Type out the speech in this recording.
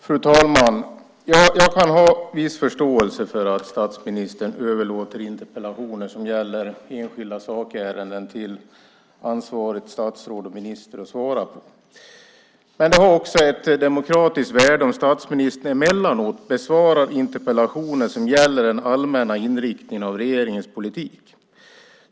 Fru talman! Jag kan ha viss förståelse för att statsministern överlåter interpellationer som gäller enskilda sakärenden till ansvarigt statsråd att svara på. Men det har ett demokratiskt värde om statsministern emellanåt besvarar interpellationer som gäller den allmänna inriktningen av regeringens politik.